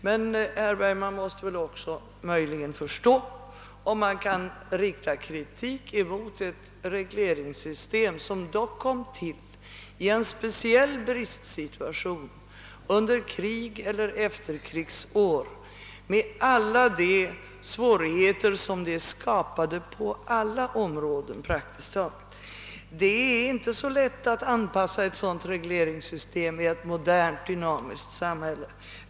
Men herr Bergman måste väl också möjligen förstå att man kan rikta kritik mot ett regleringssystem, som dock kom till i en speciell bristsituation. under kriget och de första efterkrigsåren med alla de svårigheter som kriget skapade på praktiskt taget alla områden. Det är inte så lätt att anpassa ett sådant regleringssystem i ett modernt dynamiskt samhälle.